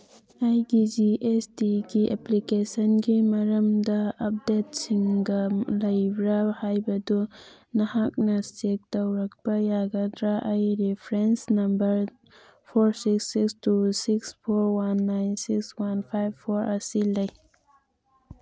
ꯑꯩꯒꯤ G S ꯇꯤꯒꯤ ꯑꯦꯄ꯭ꯂꯤꯀꯦꯁꯟꯒꯤ ꯃꯔꯝꯗ ꯑꯞꯗꯦꯠꯁꯤꯡꯒ ꯂꯩꯕ꯭ꯔꯥ ꯍꯥꯏꯕꯗꯨ ꯅꯍꯥꯛꯅ ꯆꯦꯛ ꯇꯧꯔꯛꯄ ꯌꯥꯒꯗ꯭ꯔꯥ ꯑꯩ reference number four six six two six four one nine six one five four ꯑꯁꯤ ꯂꯩ